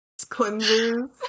cleansers